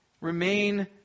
remain